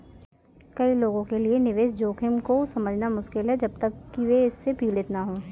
कई लोगों के लिए निवेश जोखिम को समझना मुश्किल है जब तक कि वे इससे पीड़ित न हों